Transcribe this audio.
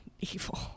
evil